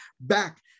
back